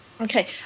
Okay